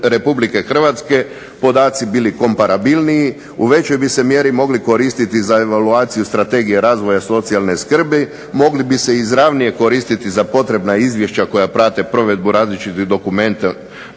RH podaci bili komparabilniji, u većoj bi se mjeri mogli koristiti za evaluaciju strategije razvoja socijalne skrbi, mogli bi se izravnije koristiti za potrebna izvješća koja prate provedbu različitih dokumenata